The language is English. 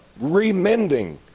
remending